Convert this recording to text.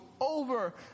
over